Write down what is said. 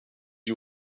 you